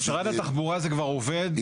במשרד התחבורה זה כבר עובד, כל השירותים.